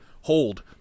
hold